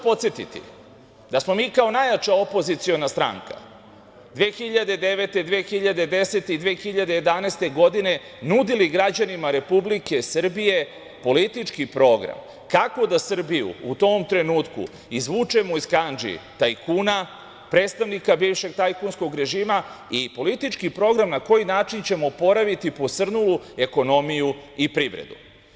Podsetiću vas da smo mi kao najjača opoziciona stranka 2009, 2010. i 2011. godine nudili građanima Republike Srbije politički program kako da Srbiju u tom trenutku izvučemo iz kandži tajkuna, predstavnika bivšeg tajkunskog režima i politički program na koji način ćemo oporaviti posrnulu ekonomiju i privredu.